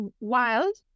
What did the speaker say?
wild